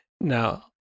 Now